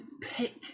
pick